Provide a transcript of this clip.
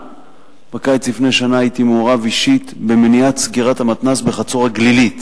בקיץ לפני שנה הייתי מעורב אישית במניעת סגירת המתנ"ס בחצור-הגלילית.